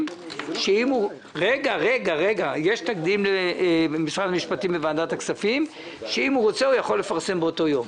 שאם הוא רוצה הוא יכול לפרסם באותו יום.